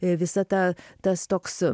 visa ta tas toks